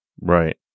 Right